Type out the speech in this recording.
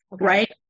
Right